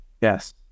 Yes